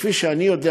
וכפי שאני יודע,